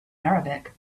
arabic